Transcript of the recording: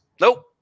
Nope